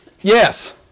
Yes